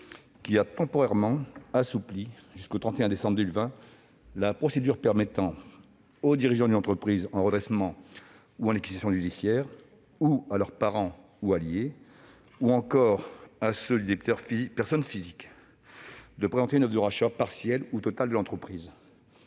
qui a temporairement assoupli- jusqu'au 31 décembre 2020 -la procédure permettant aux dirigeants d'une entreprise en redressement ou en liquidation judiciaire ou à leurs parents ou alliés, ou encore à ceux du débiteur lorsqu'il s'agit d'une personne physique, de présenter une offre de rachat partiel ou total de l'entreprise.